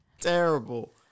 Terrible